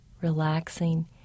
relaxing